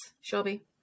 Shelby